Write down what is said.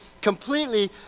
completely